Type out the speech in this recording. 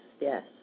yes